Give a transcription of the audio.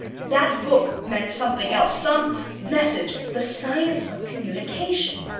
that book meant something else. some message. the science of communication!